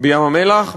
בים-המלח מ-10%,